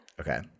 Okay